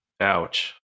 Ouch